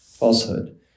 Falsehood